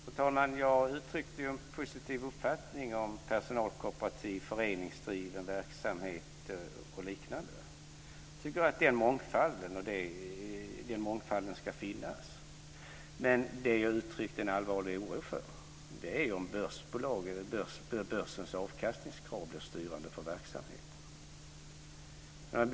Fru talman! Jag uttryckte en positiv uppfattning om personalkooperativ, föreningsdriven verksamhet och liknande. Jag tycker att den mångfalden ska finnas. Det jag uttryckte en allvarlig oro för är om börsens avkastningskrav blir styrande för verksamheten.